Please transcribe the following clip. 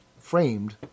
framed